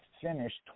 finished